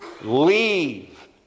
leave